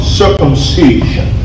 circumcision